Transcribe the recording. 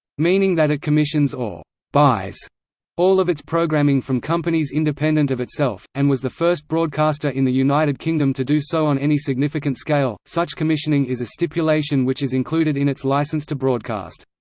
meaning that it commissions or buys all of its programming from companies independent of itself, and was the first broadcaster in the united kingdom to do so on any significant scale such commissioning is a stipulation which is included in its licence to broadcast.